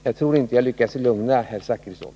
Jag tror inte att jag lyckas lugna herr Zachrisson.